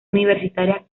universitaria